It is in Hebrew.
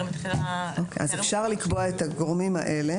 --- אז אפשר לקבוע את הגורמים האלה,